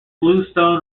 bluestone